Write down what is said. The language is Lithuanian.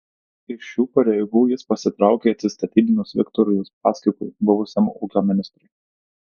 iš šių pareigų jis pasitraukė atsistatydinus viktorui uspaskichui buvusiam ūkio ministrui